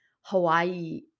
Hawaii